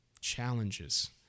challenges